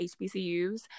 HBCUs